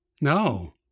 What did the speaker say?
No